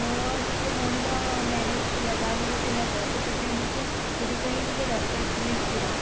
ମୋର ଟିକେ ଭଉଣୀର ମ୍ୟାରେଜ୍ ଥିଲା ବାହାଘର ଥିଲା ତ ସେଥିପାଇଁ ଟିକେ ଖିରୀ ପାଇଁ ଟିକେ ଦରକାର ଥିଲା କ୍ଷୀର